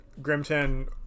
grimton